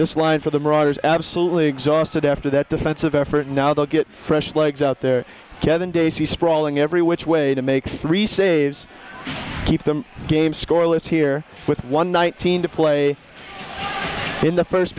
this line for the marauders absolutely exhausted after that defensive effort now they'll get fresh legs out there kevin daisey sprawling every which way to make three saves keep the game scoreless here with one night team to play in the first